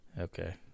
Okay